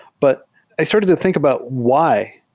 but i started to think about why.